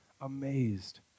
amazed